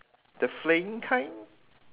the flaying kind